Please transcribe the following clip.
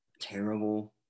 terrible